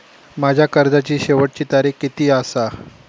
माझ्या कर्जाची शेवटची तारीख किती आसा?